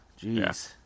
jeez